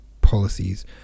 policies